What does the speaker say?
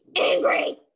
angry